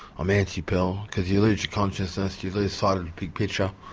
i'm anti-pill, because you lose your consciousness, you lose sight of the big picture,